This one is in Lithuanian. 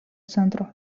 centro